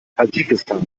tadschikistan